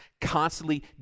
constantly